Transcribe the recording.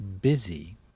busy